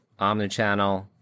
omnichannel